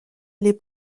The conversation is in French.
les